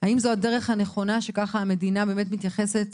- האם זו הדרך הנכונה שככה המדינה באמת מתייחסת